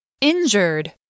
Injured